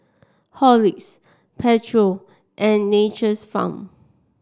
Horlicks Pedro and Nature's Farm